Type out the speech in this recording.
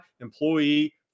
employee